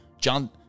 john